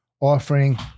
offering